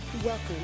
Welcome